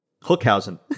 hookhausen